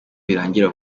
birangira